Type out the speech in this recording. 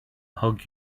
hug